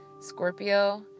scorpio